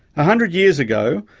a hundred years ago,